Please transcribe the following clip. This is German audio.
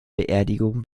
beerdigung